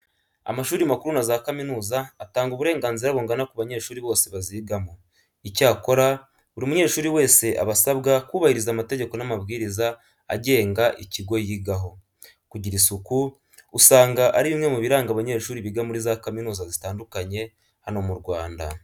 Amashuri makuru na za kaminuza, atanga uburenganzira bungana ku banyeshuri bose bazigamo. Icyakora, buri munyeshuri wese aba asabwa kubahiriza amategeko n'amabwiriza agenga ikigo yigaho. Kugira isuku, usanga ari bimwe mu biranga abanyeshuri biga muri za kaminuza zitandukanye hano mu Rwanda.